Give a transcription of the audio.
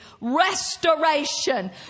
restoration